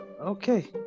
okay